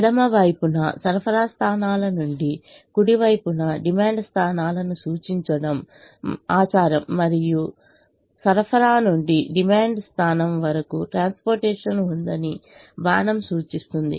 ఎడమ వైపున సరఫరా స్థానాలను మరియు కుడి వైపున డిమాండ్ స్థానాలను సూచించడం ఆచారం మరియు సరఫరా నుండి డిమాండ్ స్థానం వరకు ట్రాన్స్పోర్టేషన్ ఉందని బాణం సూచిస్తుంది